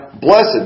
blessed